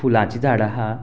फुलाचीं झाडां आहां